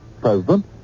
President